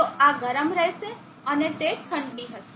તો આ ગરમ રહેશે અને તે ઠંડી હશે